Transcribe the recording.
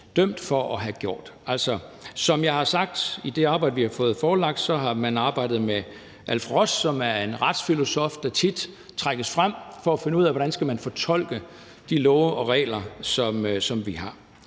dømt for at have gjort. Altså, som jeg har sagt, har man i det arbejde, vi har fået forelagt, arbejdet med Alf Ross, der er en retsfilosof, der tit trækkes frem for at finde ud af, hvordan man skal fortolke de love og regler, som vi har.